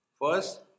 First